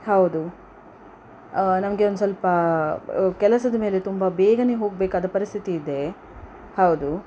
ಹೌದು ನಮಗೆ ಒಂದು ಸ್ವಲ್ಪ ಕೆಲಸದ ಮೇಲೆ ತುಂಬ ಬೇಗನೇ ಹೋಗಬೇಕಾದ ಪರಿಸ್ಥಿತಿ ಇದೆ ಹೌದು